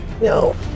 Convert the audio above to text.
No